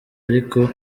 ariko